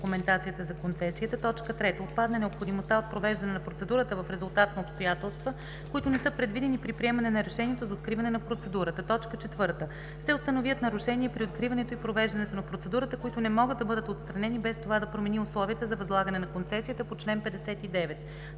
документацията за концесията; 3. отпадне необходимостта от провеждане на процедурата в резултат на обстоятелства, които не са предвидени при приемане на решението за откриването на процедурата; 4. се установят нарушения при откриването и провеждането на процедурата, които не могат да бъдат отстранени без това да промени условията за възлагане на концесията по чл. 59;